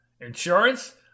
Insurance